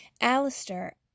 Alistair